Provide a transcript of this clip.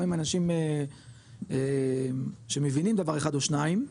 גם עם אנשים שמבינים דבר אחד או שניים,